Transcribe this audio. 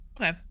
Okay